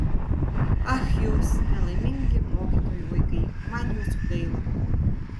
ach jūs nelaimingi mokytojų vaikai man jūsų gaila